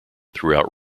throughout